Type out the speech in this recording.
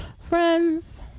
Friends